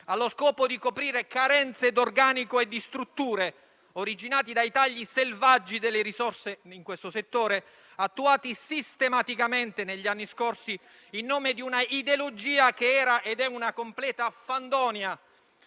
allo scopo di coprire carenze d'organico e di strutture, originati dai tagli selvaggi delle risorse in questo settore, attuati sistematicamente negli anni scorsi in nome di una ideologia che era ed è una completa fandonia,